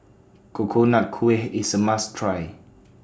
Coconut Kuih IS A must Try